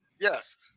Yes